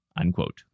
unquote